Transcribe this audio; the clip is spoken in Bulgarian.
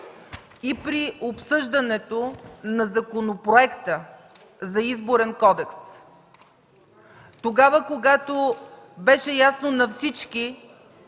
и при обсъждането на Законопроекта за Изборен кодекс. Тогава, когато беше ясно на всички,